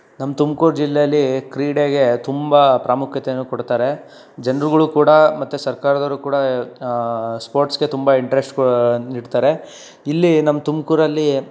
ನಮ್ಮ ತುಮಕೂರು ಜಿಲ್ಲೆಯಲ್ಲಿ ಕ್ರೀಡೆಗೆ ತುಂಬ ಪ್ರಾಮುಖ್ಯತೆಯನ್ನು ಕೊಡ್ತಾರೆ ಜನರುಗಳು ಕೂಡ ಮತ್ತೆ ಸರ್ಕಾರದವರು ಕೂಡ ಸ್ಪೋರ್ಟ್ಸ್ಗೆ ತುಂಬ ಇಂಟ್ರೆಸ್ಟ್ ನೀಡ್ತಾರೆ ಇಲ್ಲಿ ನಮ್ಮ ತುಮಕೂರಲ್ಲಿ